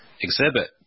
exhibit